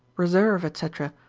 reserve, etc,